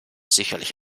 sicherlich